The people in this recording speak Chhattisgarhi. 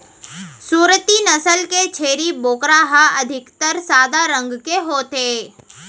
सूरती नसल के छेरी बोकरा ह अधिकतर सादा रंग के होथे